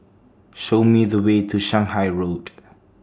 Show Me The Way to Shanghai Road